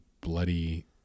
bloody